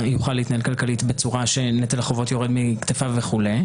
להתנהל כלכלית בצורה שנטל החובות יורד מכתפיו וכולי.